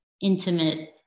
intimate